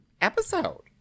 episode